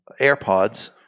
AirPods